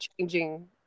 changing